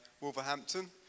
Wolverhampton